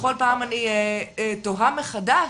בכל פעם אני תוהה מחדש